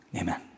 Amen